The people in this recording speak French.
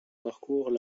parcourent